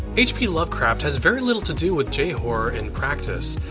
h p. lovecraft has very little to do with j-horror in practice,